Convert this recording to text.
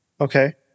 Okay